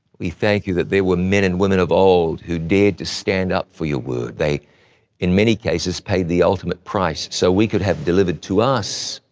we thank you that there were men and women of old who dared to stand up for your word. they in many cases paid the ultimate price so we could have delivered to us